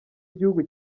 gihugu